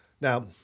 Now